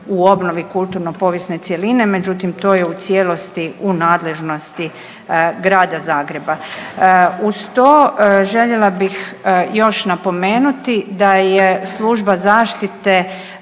u obnovi kulturno-povijesne cjeline, međutim, to je u cijelosti u nadležnosti Grada Zagreba. Uz to, željela bih još napomenuti da je služba zaštite